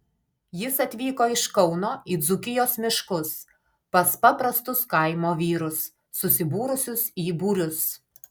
jis atvyko iš kauno į dzūkijos miškus pas paprastus kaimo vyrus susibūrusius į būrius